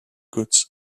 goods